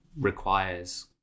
requires